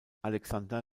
alexander